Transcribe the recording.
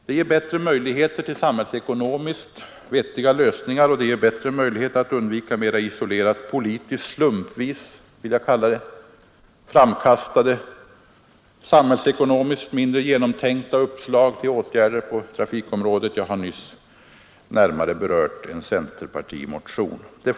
Den ger bättre möjligheter till samhällsekonomiskt vettiga lösningar och större möjligheter att undvika mera politiskt slumpmässigt framkastade och samhällsekonomiskt mindre genomtänkta uppslag rörande åtgärder på trafikområdet. Jag har nyss berört en centerpartimotion i det sammanhanget.